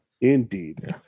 Indeed